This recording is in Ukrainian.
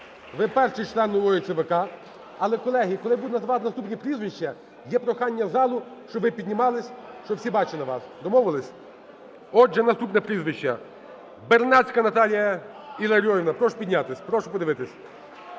Ви перший член нової ЦВК. Але, колеги, коли буду називати наступні прізвища, є прохання залу, щоб ви піднімались, щоб всі бачили вас. Домовились? Отже, наступне прізвище: Бернацька Наталія Іларіонівна. Прошу піднятись, прошу подивитись.